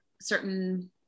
certain